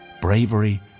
bravery